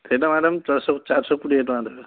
ସେଇଟା ମ୍ୟାଡ଼ାମ୍ ଚାରିଶହ କୋଡ଼ିଏ ଟଙ୍କା ଲେଖାଁ ରହିବ